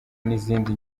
n’izindi